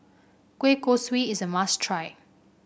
Kueh Kosui is a must try